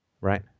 right